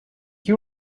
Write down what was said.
you